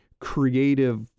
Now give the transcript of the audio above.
creative